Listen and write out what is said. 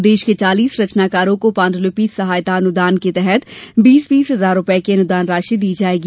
प्रदेश के चालीस रचनाकारों को पाण्ड्लिपि सहायता अनुदान के तहत बीस बीस हजार रूपये की अनुदान राशि दी जायेगी